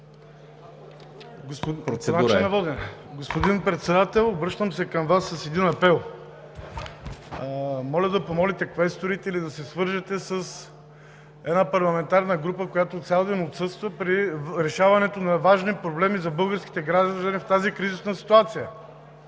Господин Председател, обръщам се към Вас с един апел. Моля да помолите квесторите или да се свържете с една парламентарна група, която цял ден отсъства при решаването на важни проблеми за българските граждани в тази кризисна ситуация.